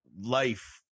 life